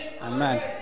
Amen